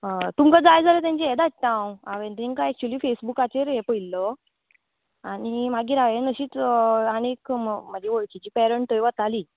अं तुमकां जाय जाल्या तेंची हें धाडटा हांव हांवेन तेंकां एक्चुली फेसबुकाचेर हे पयल्लो आनी मागीर हांयें अशीच आनी एक कम म्हाजी वळखीची पॅरंट थंय वताली